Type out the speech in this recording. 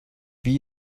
wie